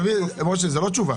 זו לא תשובה.